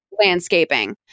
landscaping